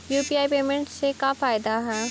UPI payment से का फायदा है?